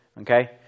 Okay